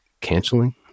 canceling